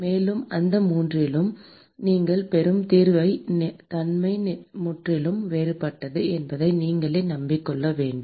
மேலும் இந்த மூன்றிலும் நீங்கள் பெறும் தீர்வின் தன்மை முற்றிலும் வேறுபட்டது என்பதை நீங்களே நம்பிக் கொள்ள வேண்டும்